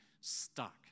stuck